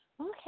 Okay